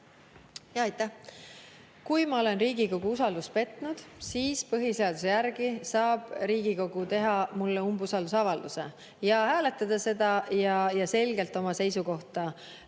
Jaa, aitäh! Kui ma olen Riigikogu usaldust petnud, siis põhiseaduse järgi saab Riigikogu teha mulle umbusaldusavalduse, hääletada seda ja selgelt oma seisukohta